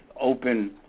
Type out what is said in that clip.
open